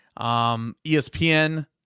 ESPN